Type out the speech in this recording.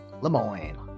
lemoyne